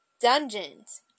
dungeons